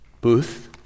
Booth